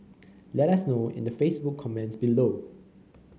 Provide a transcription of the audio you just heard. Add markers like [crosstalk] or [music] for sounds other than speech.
let us know in the Facebook comments [noise] below